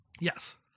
yes